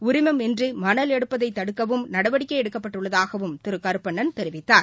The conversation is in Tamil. உரிமம் இன்றிமணல் எடுப்பதைதடுக்கவும் நடவடிக்கைஎடுக்கப்பட்டுள்ளதாகவும் திருகருப்பணன் தெரிவித்தார்